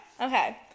okay